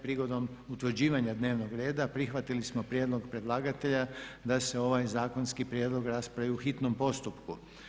Prigodom utvrđivanja dnevnog reda prihvatili smo prijedlog predlagatelja da se ovaj zakonski prijedlog raspravi u hitnom postupku.